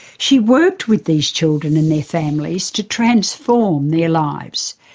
she worked with these children and their families to transform their lives.